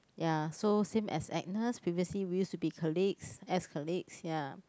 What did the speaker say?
ya so same as Agnes previously we used to be colleagues ex colleagues ya